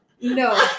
No